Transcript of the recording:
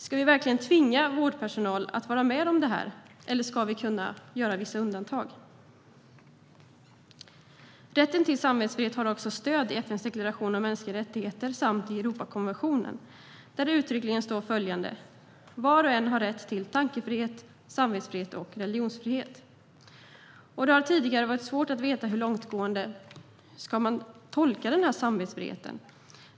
Ska vi verkligen tvinga vårdpersonal att vara med om det här, eller ska vi kunna göra vissa undantag? Rätten till samvetsfrihet har stöd i FN:s deklaration om mänskliga rättigheter samt i Europakonventionen, där det uttryckligen står följande: "Var och en har rätt till tankefrihet, samvetsfrihet och religionsfrihet." Det har tidigare varit svårt att veta hur långtgående man ska tolka denna samvetsfrihet.